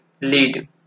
lead